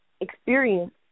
experience